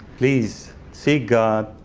please, seek god,